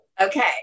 Okay